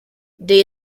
they